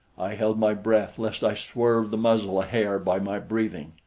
i held my breath lest i swerve the muzzle a hair by my breathing.